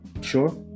Sure